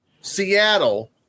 Seattle